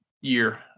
year